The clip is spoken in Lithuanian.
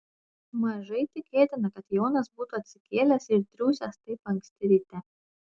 mažai tikėtina kad jonas būtų atsikėlęs ir triūsęs taip anksti ryte